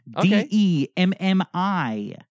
D-E-M-M-I